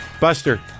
Buster